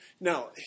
Now